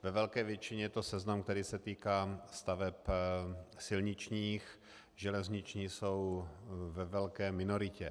Ve velké většině je to seznam, který se týká staveb silničních, železniční jsou ve velké minoritě.